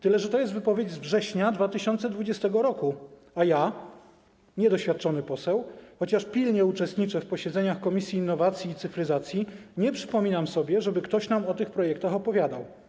Tyle że to jest wypowiedź z września 2020 r., a ja, niedoświadczony poseł, chociaż pilnie uczestniczę w posiedzeniach komisji innowacji i cyfryzacji, nie przypominam sobie, żeby ktoś nam o tych projektach opowiadał.